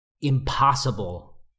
impossible